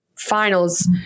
finals